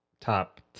top